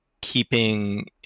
keeping